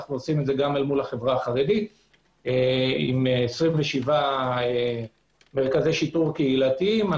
אנו עושים זאת גם מול החברה החרדית עם 27 מרכזי שיטור קהילתיים.